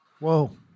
Whoa